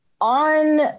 on